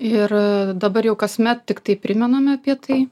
ir dabar jau kasmet tiktai primename apie tai